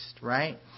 right